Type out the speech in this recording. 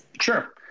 Sure